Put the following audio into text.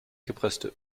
gepresste